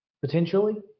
Potentially